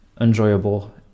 Enjoyable